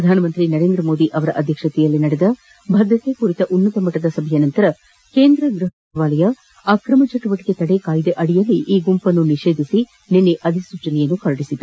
ಪ್ರಧಾನಮಂತ್ರಿ ನರೇಂದ್ರ ಮೋದಿ ಅಧ್ಯಕ್ಷತೆಯಲ್ಲಿ ನಡೆದ ಭದ್ರತೆ ಕುರಿತ ಉನ್ನತ ಮಟ್ಟದ ಸಭೆಯ ಬಳಿಕ ಕೇಂದ ಗ್ವಹ ವ್ಯವಹಾರಗಳ ಸಚಿವಾಲಯ ಅಕ್ರಮ ಚಟುವಟಿಕೆ ತಡೆ ಕಾಯಿದೆ ಅಡಿಯಲ್ಲಿ ಈ ಗುಂಪನ್ನು ನಿಷೇಧಿಸಿ ನಿನ್ನೆ ಅಧಿಸೂಚನೆ ಹೊರದಿಸಿದೆ